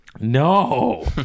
No